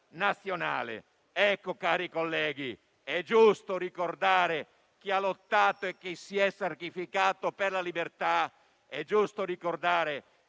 Nazionale. Ecco, cari colleghi, è giusto ricordare chi ha lottato e chi si è sacrificato per la libertà ed è giusto ricordare